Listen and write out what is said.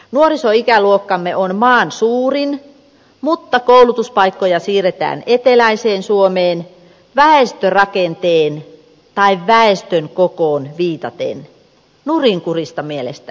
nuorisoikäluokkamme on maan suurin mutta koulutuspaikkoja siirretään eteläiseen suomeen väestörakenteeseen tai väestön kokoon viitaten nurinkurista mielestäni